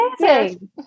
amazing